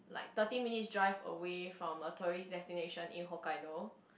thirty minutes drive away from a tourist destination in Hokkaido